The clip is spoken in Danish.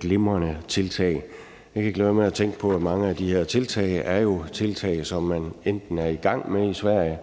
glimrende tiltag. Jeg kan ikke lade være med at tænke på, at mange af de her tiltag jo er tiltag, som man er i gang med i Sverige,